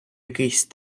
якийсь